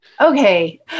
okay